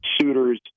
suitors